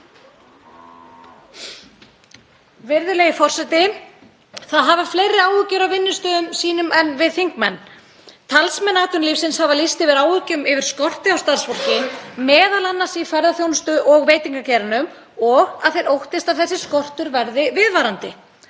Virðulegi forseti. Það hafa fleiri áhyggjur af vinnustöðum sínum en við þingmenn. Talsmenn atvinnulífsins hafa lýst yfir áhyggjum yfir skorti á starfsfólki, m.a. í ferðaþjónustu og veitingageiranum, og að þeir óttist að þessi skortur verði viðvarandi.